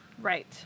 Right